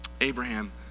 Abraham